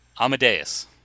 Amadeus